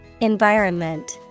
Environment